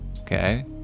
okay